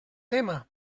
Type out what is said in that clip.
tema